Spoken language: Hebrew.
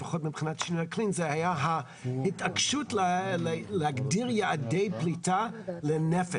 לפחות מבחינת שינויי אקלים זה היה ההתעקשות להגדיר יעדי פליטה לנפש,